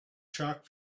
chalk